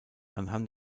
anhand